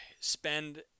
spend